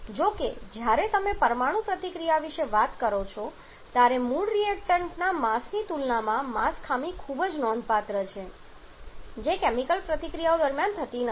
જો કે જ્યારે તમે પરમાણુ પ્રતિક્રિયા વિશે વાત કરો છો ત્યારે મૂળ રિએક્ટન્ટના માસની તુલનામાં માસ ખામી ખૂબ નોંધપાત્ર છે જે કેમિકલ પ્રતિક્રિયાઓ દરમિયાન થતી નથી